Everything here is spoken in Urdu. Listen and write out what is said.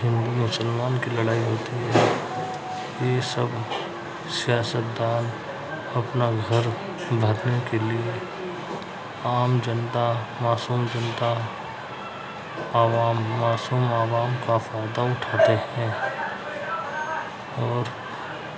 ہندو مسلمان کی لڑائی ہوتی ہے یہ سب سیاستدان اپنا گھر بھرنے کے لیے عام جنتا معصوم جنتا عوام معصوم عوام کا فائدہ اٹھاتے ہیں اور